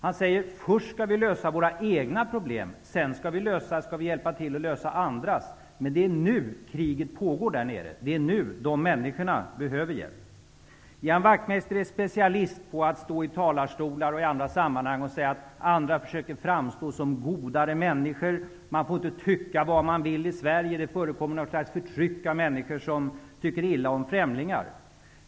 Han säger: Först skall vi lösa våra egna problem, och sedan skall vi hjälpa till att lösa andras. Men det är nu kriget pågår där nere. Det är nu människor behöver hjälp. Ian Wachtmeister är specialist på att från talarstolar och i andra sammanhang säga att andra försöker framstå som godare människor, att man inte får tycka vad man vill i Sverige, att det förekommer något slags förtryck av människor som tycker illa om främlingar.